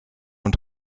und